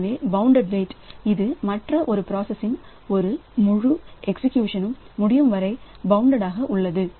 எனவே bounded wait இது மற்ற ஒரு பிராசஸ்இன் ஒரு முழு எக்சீக்யூசன் முடியும்வரை பவுண்டாக உள்ளது